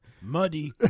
Muddy